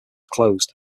closed